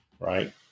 Right